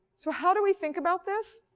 so how do we think about this?